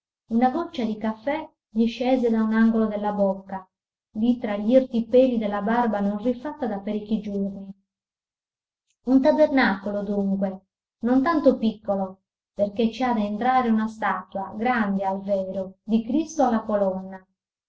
una goccia di caffè gli scese da un angolo della bocca di tra gl'irti peli della barba non rifatta da parecchi giorni un tabernacolo dunque non tanto piccolo perché ci ha da entrare una statua grande al vero di cristo alla colonna